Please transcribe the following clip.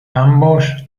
ambos